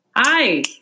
Hi